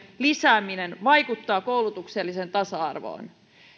lisääminen vaikuttaa koulutukselliseen tasa arvoon